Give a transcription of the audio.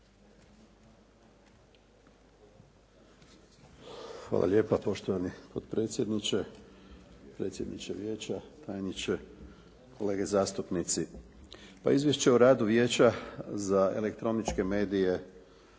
Hvala lijepa poštovani potpredsjedniče, predsjedniče vijeća, tajniče, kolege zastupnici. Pa izvješće o radu Vijeća za elektroničke medije